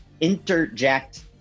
interject